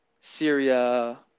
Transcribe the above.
syria